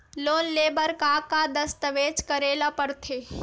Loan ले बर का का दस्तावेज करेला पड़थे?